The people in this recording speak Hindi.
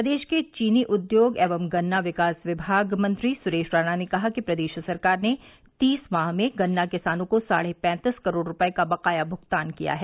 प्रदेश के चीनी उद्योग एवं गन्ना विकास विभाग मंत्री सुरेश राणा ने कहा कि प्रदेश सरकार ने तीस माह में गन्ना किसानों को साढ़े पैंतीस करोड़ रूपये का बकाया भुगतान किया है